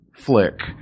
flick